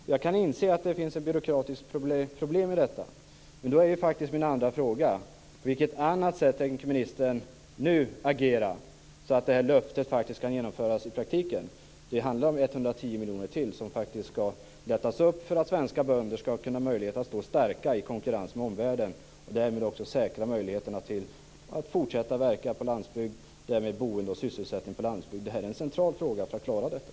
Jag kan inse att det finns ett byråkratiskt problem med detta. Då blir min andra fråga: På vilket annat sätt tänker ministern nu agera så att det löftet kan genomföras i praktiken? Det handlar om 110 miljoner ytterligare för att svenska bönder ska ha möjlighet att stå starka i konkurrensen med omvärlden och därmed också möjligheter att fortsätta verka på landsbygden. Det är en central fråga för att klara detta med boende och sysselsättning på landsbygd.